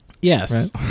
Yes